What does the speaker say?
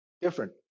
different